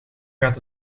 gaat